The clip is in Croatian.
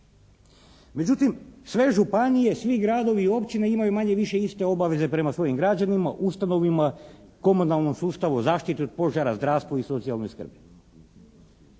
Međutim, sve županije, svi gradovi i općine imaju manje-više iste obaveze prema svojim građanima, ustanovama, komunalnom sustavu zaštite od požara, zdravstvu i socijalnoj skrbi.